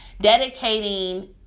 dedicating